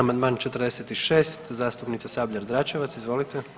Amandman 46. zastupnica Sabljar-Dračevac, izvolite.